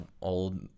old